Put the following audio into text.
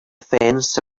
fence